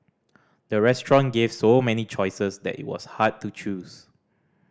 the restaurant gave so many choices that it was hard to choose